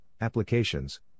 applications